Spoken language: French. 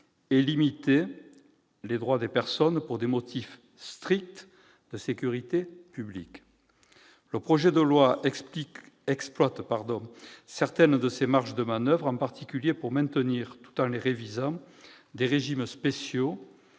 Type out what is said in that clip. de limiter les droits des personnes pour des motifs stricts de sécurité publique. Le projet de loi exploite certaines de ces marges de manoeuvre, en particulier pour maintenir, tout en les révisant, des régimes spéciaux